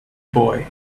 boy